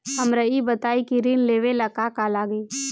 हमरा ई बताई की ऋण लेवे ला का का लागी?